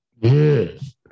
Yes